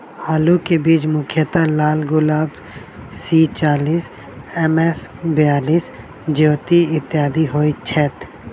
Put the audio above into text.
आलु केँ बीज मुख्यतः लालगुलाब, सी चालीस, एम.एस बयालिस, ज्योति, इत्यादि होए छैथ?